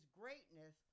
greatness